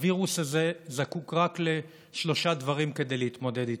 הווירוס הזה זקוק רק לשלושה דברים כדי להתמודד איתו: